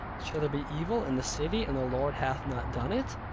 shall there be evil in the city and the lord hath not done it?